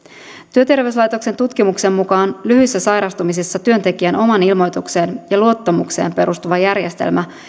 työterveyslaitoksen tutkimuksen mukaan lyhyissä sairastumisissa työntekijän omaan ilmoitukseen ja luottamukseen perustuva järjestelmä